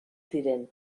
ziren